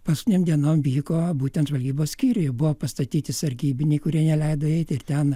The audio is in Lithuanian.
paskutinėm dienom vyko būtent žvalgybos skyriuj buvo pastatyti sargybiniai kurie neleido eiti ir ten